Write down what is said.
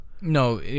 No